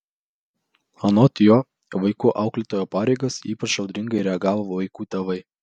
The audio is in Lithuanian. anot jo į vaikų auklėtojo pareigas ypač audringai reagavo vaikų tėvai